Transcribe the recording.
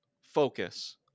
focus